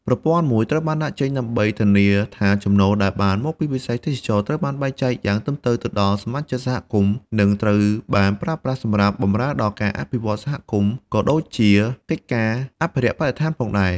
ប្រព័ន្ធមួយត្រូវបានដាក់ចេញដើម្បីធានាថាចំណូលដែលបានមកពីវិស័យទេសចរណ៍ត្រូវបានបែងចែកយ៉ាងត្រឹមត្រូវទៅដល់សមាជិកសហគមន៍ និងត្រូវបានប្រើប្រាស់សម្រាប់បម្រើដល់ការអភិវឌ្ឍសហគមន៍ ក៏ដូចជាកិច្ចការអភិរក្សបរិស្ថានផងដែរ។